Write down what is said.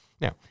now